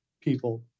people